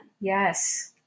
Yes